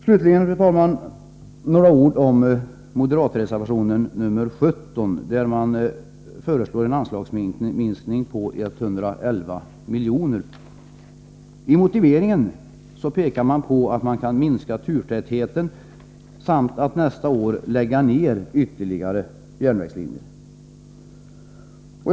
Slutligen, fru talman, några ord om den moderata reservationen 17, vari föreslås en anslagsminskning på 111 milj.kr. I motiveringen pekar man på att turtätheten kan minska samt att ytterligare järnvägslinjer kan läggas ner nästa år.